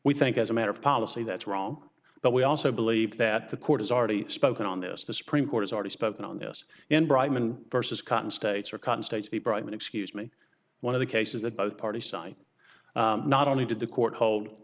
we think as a matter of policy that's wrong but we also believe that the court has already spoken on this the supreme court has already spoken on this and brightman versus cotton states or cotton states be brought in excuse me one of the cases that both parties cite not only did the court hold